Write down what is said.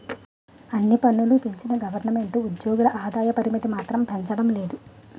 అన్ని పన్నులూ పెంచిన గవరమెంటు ఉజ్జోగుల ఆదాయ పరిమితి మాత్రం పెంచడం లేదు